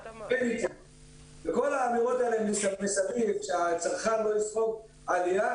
--- כל האמירות האלה שהצרכן לא יספוג עלייה,